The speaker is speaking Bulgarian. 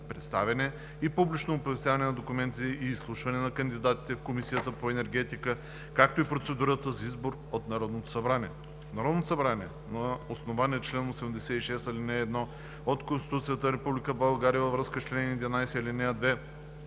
представяне и публично оповестяване на документите и изслушване на кандидатите в Комисията по енергетика, както и процедурата за избор от Народното събрание Народното събрание на основание чл. 86, ал. 1 от Конституцията на Република България във връзка с чл. 11,